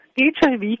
HIV